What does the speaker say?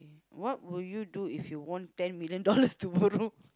what will you do if you won ten million dollars tomorrow